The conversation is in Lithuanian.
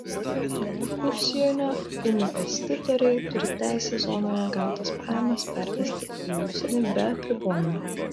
užsienio investitoriai turi teisę zonoje gautas pajamas pervesti į užsienį be apribojimų